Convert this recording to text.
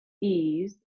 ease